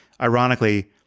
ironically